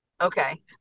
Okay